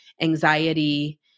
anxiety